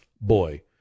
Boy